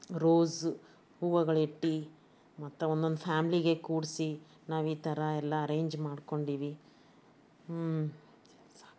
rose ಹೂವುಗಳಿಟ್ಟು ಮತ್ತು ಒಂದೊಂದು ಫ್ಯಾಮ್ಲಿಗೆ ಕೂಡಿಸಿ ನಾವು ಈ ಥರ ಎಲ್ಲ ಅರೇಂಜ್ ಮಾಡ್ಕೊಂಡೀವಿ ಸಾಕಾ